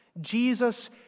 Jesus